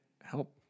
help